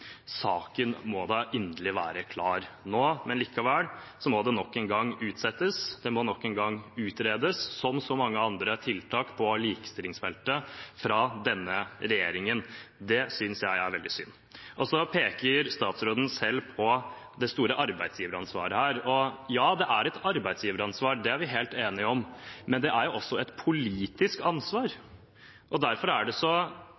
Saken må da være inderlig klar nå, men likevel må det nok en gang utsettes, det må nok en gang utredes, slik som med så mange andre tiltak fra denne regjeringen på likestillingsfeltet. Det synes jeg er veldig synd. Så peker statsråden selv på det store arbeidsgiveransvaret her. Ja, det er et arbeidsgiveransvar, det er vi helt enige om, men det er også et politisk ansvar. Derfor er det så